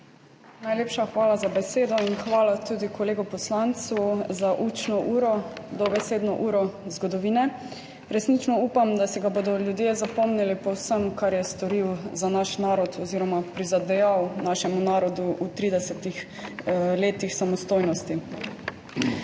Najlepša hvala za besedo. Hvala tudi kolegu poslancu za učno uro, dobesedno uro zgodovine. Resnično upam, da si ga bodo ljudje zapomnili po vsem, kar je storil za naš narod oziroma kar je prizadejal našemu narodu v 30 letih samostojnosti.